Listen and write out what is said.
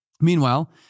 Meanwhile